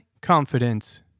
confidence